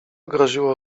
groziło